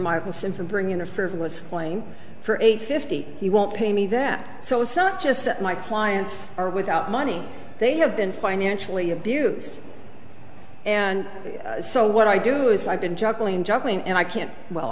michael sam from bringing a frivolous claim for eight fifty eight he won't pay me that so it's not just my clients are without money they have been financially abused and so what i do is i've been juggling juggling and i can't well